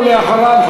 ואחריו,